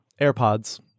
AirPods